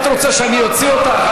את רוצה שאני אוציא אותך?